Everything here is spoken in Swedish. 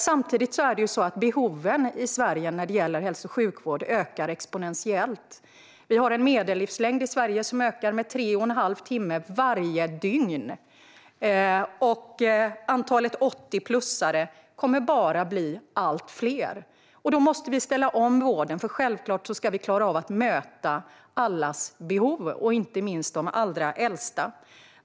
Samtidigt är det så att behoven i Sverige när det gäller hälso och sjukvård ökar exponentiellt. Vi har en medellivslängd i Sverige som ökar med tre och en halv timme varje dygn, och antalet 80-plussare kommer bara att bli allt större. Då måste vi ställa om vården, för självklart ska vi klara av att möta allas behov, inte minst de allra äldstas.